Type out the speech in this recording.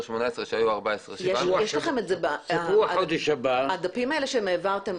18' שהיה 14,700 -- הדפים האלה שהעברתם,